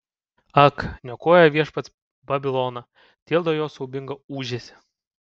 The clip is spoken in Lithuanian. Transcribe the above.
ak niokoja viešpats babiloną tildo jo siaubingą ūžesį